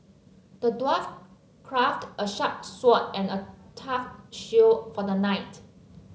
the dwarf crafted a sharp sword and a tough shield for the knight